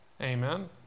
Amen